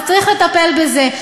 אז צריך לטפל בזה.